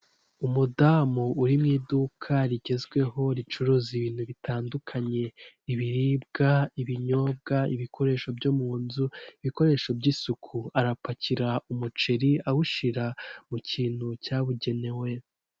Umudamu uri mu iduka rigezweho ricuruza ibintu bitandukanye, ibiribwa, ibinyobwa, ibikoresho byo mu nzu, ibikoresho by'isuku, arapakira umuceri awushyirara mu kintu cyabugenewe.